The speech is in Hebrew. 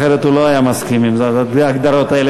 אחרת הוא לא היה מסכים להגדרות האלה.